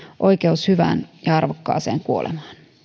oikeus hyvään ja arvokkaaseen kuolemaan